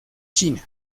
china